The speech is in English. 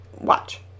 watch